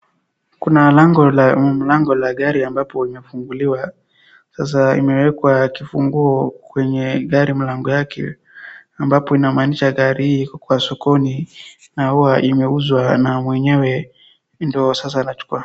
Kuna mlango la gari ambapo imefunguliwa. Sasa imewekwa kifunguo kwenye gari mlango yake ambapo inamaanisha gari hii iko kwa sokoni hua imeuzwa na mwenyewe ndiyo sasa anachukua.